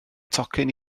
tocyn